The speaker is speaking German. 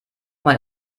man